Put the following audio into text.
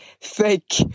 fake